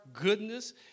goodness